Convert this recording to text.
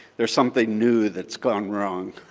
there's something new that's gone wrong.